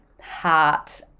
heart